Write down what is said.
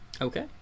Okay